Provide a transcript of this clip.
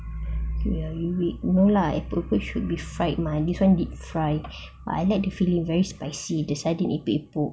ya no lah epok-epok should be fried mah this one deep fried but I like the feeling very spicy the sardine epok-epok